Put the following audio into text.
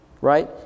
Right